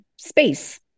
space